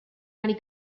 many